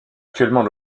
actuellement